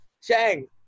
Shang